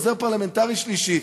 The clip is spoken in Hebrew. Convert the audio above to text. עוזר פרלמנטרי שלישי.